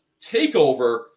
takeover